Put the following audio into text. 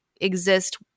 exist